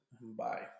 Bye